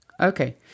Okay